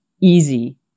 easy